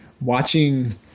watching